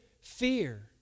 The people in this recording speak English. fear